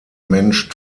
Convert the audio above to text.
mensch